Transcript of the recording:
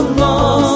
long